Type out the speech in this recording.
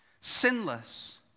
sinless